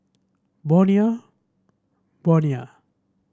Bonia Bonia